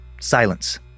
silence